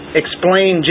explain